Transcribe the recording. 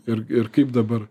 ir ir kaip dabar